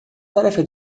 tarefa